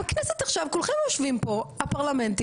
הם כנסת עכשיו כולכם יושבים פה הפרלמנטים,